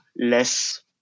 less